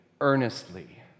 earnestly